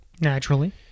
Naturally